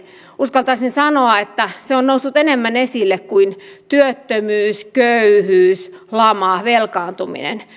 uskaltaisin sanoa että se on noussut enemmän esille kuin työttömyys köyhyys lama velkaantuminen